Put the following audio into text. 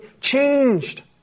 changed